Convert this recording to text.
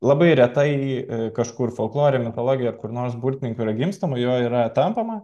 labai retai kažkur folklore mitologijoj ar kur nors burtininku yra gimstama juo yra tampama